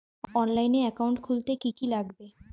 অনলাইনে একাউন্ট খুলতে কি কি লাগবে?